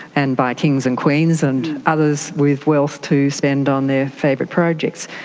and by kings and queens and others with wealth to spend on their favourite projects.